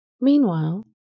Meanwhile